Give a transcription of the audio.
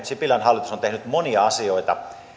sipilän hallitus on tehnyt monia asioita